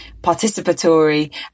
participatory